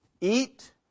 eat